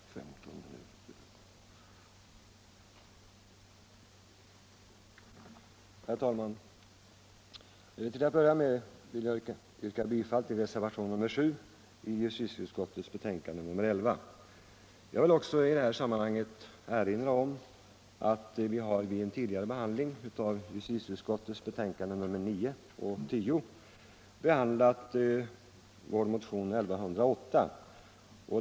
SR fe Herr talman! Till att börja med vill jag yrka bifall till reservationen Anslag till kriminal 7 rörande frivården vid justitieutskottets betänkande nr 11. Jag vill också vården i det här sammanhanget erinra om att kammaren vid en tidigare behandling av justitieutskottets betänkanden nr 9 och 10 har tagit ställning till vår motion 1108.